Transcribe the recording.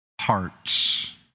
hearts